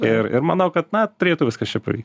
ir ir manau kad na turėtų viskas čia pavy